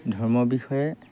ধৰ্মৰ বিষয়ে